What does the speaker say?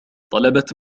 طلبت